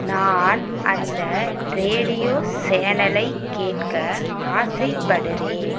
நான் அந்த ரேடியோ சேனலை கேட்க ஆசைப்படுகிறேன்